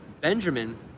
Benjamin